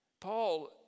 Paul